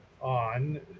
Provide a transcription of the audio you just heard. on